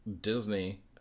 Disney